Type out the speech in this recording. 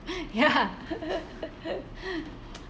ya